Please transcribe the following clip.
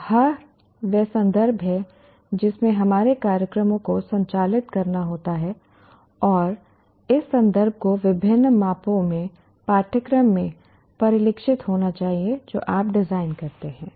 तो यह वह संदर्भ है जिसमें हमारे कार्यक्रमों को संचालित करना होता है और इस संदर्भ को विभिन्न मापों में पाठ्यक्रम में परिलक्षित होना चाहिए जो आप डिजाइन करते हैं